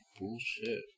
bullshit